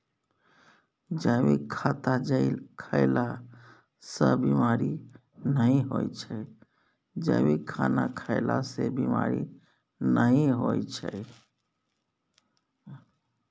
जैविक खाना खएला सँ बेमारी नहि होइ छै